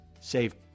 Save